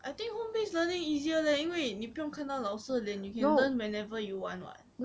I think home based learning easier leh 因为你不用看到老的脸 you can learn whenever you want [what]